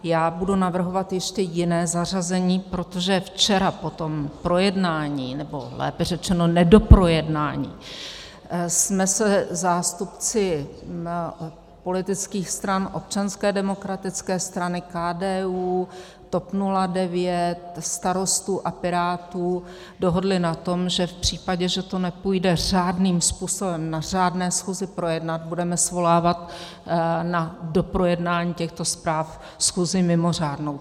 Já budu navrhovat ještě jiné zařazení, protože včera po tom projednání, nebo lépe řečeno nedoprojednání jsme se se zástupci politických stran Občanské demokratické strany, KDU, TOP 09, Starostů a Pirátů dohodli na tom, že v případě, že to nepůjde řádným způsobem na řádné schůzi projednat, budeme svolávat na doprojednání těchto zpráv schůzi mimořádnou.